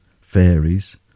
fairies